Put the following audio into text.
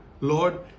Lord